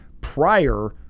prior